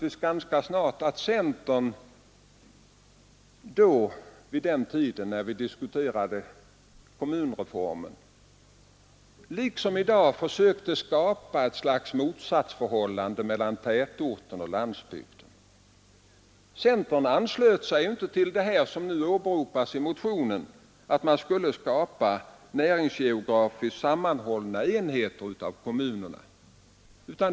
Jag fann också att centern vid den tiden liksom i dag försökte skapa ett slags motsatsförhållande mellan tätort och landsbygd. Centern anslöt sig inte till tanken att skapa näringsgeografiskt sammanhållna enheter i de nya kommunerna.